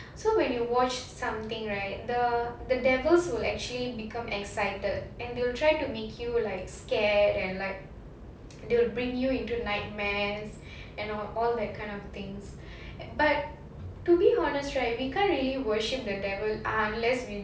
so when you watch something right the the devils will actually become excited and they will try to make you like scared and like they will bring you into nightmares and all that kind of things but to be honest right we can't really worship the devil unless we